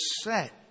set